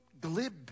glib